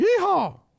Yeehaw